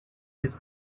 his